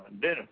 dinner